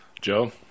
Joe